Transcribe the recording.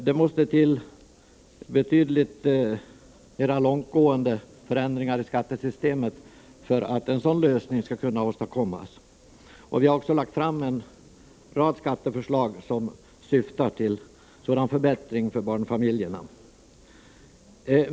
Det måste till betydligt mera långtgående förenklingar i skattesystemet för att en sådan lösning skall kunna åstadkommas, och vi har också lagt fram en rad skatteförslag som syftar till en förbättring för barnfamiljerna i det här hänseendet.